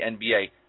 NBA